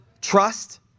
Trust